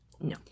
No